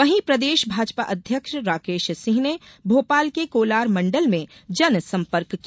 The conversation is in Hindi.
वहीं प्रदेश भाजपा अध्यक्ष राकेश सिंह ने भोपाल के कोलार मण्डल में जनसंपर्क किया